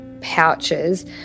pouches